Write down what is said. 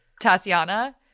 Tatiana